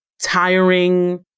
tiring